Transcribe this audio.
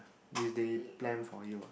is they plan for you ah